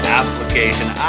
application